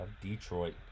Detroit